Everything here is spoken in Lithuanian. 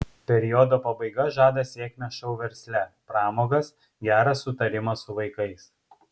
periodo pabaiga žada sėkmę šou versle pramogas gerą sutarimą su vaikais